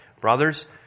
Brothers